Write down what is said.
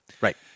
Right